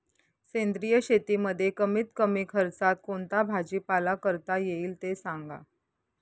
सेंद्रिय शेतीमध्ये कमीत कमी खर्चात कोणता भाजीपाला करता येईल ते सांगा